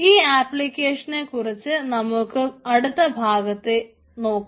ഈ ആപ്ലിക്കേഷനെ കുറിച്ച് നമുക്ക് അടുത്ത ഭാഗത്തിൽ നോക്കാം